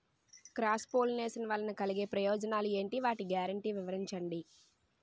Cross pollination వలన కలిగే ప్రయోజనాలు ఎంటి? వాటి గ్యారంటీ వివరించండి?